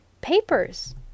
Papers